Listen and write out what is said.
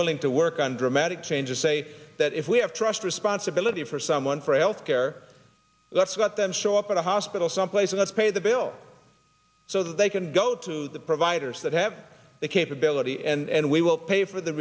willing to work on dramatic changes say that if we have trust responsibility for someone for health care less about them show up at a hospital someplace with us pay the bill so they can go to the providers that have the capability and we will pay for the